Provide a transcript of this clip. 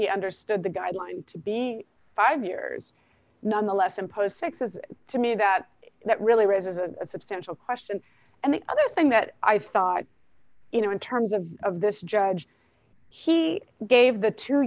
he understood the guideline to be five years nonetheless imposed six says to me that that really raises a substantial question and the other thing that i've thought you know in terms of of this judge he gave the two